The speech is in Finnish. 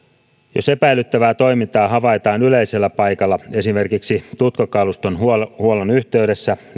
jos epäilyttävää toimintaa havaitaan yleisellä paikalla esimerkiksi tutkakaluston huollon huollon yhteydessä